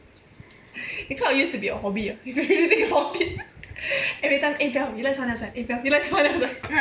it kind of used to be a hobby ah if you think about it every time eh bel you like someone else ah eh bel you like someone else ah